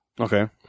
Okay